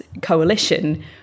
coalition